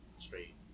straight